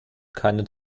keinen